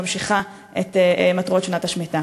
שממשיכה את מטרות שנת השמיטה?